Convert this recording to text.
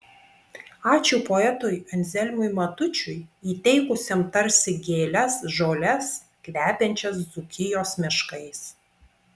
ačiū poetui anzelmui matučiui įteikusiam tarsi gėles žoles kvepiančias dzūkijos miškais